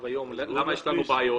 יש לנו בעיות?